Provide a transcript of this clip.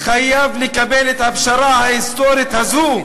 חייב לקבל את הפשרה ההיסטורית הזו.